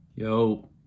Yo